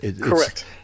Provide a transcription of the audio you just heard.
Correct